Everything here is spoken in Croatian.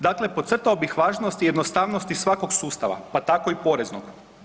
Dakle, podcrtao bih važnost jednostavnosti svakog sustava, pa tako i poreznog.